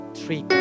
three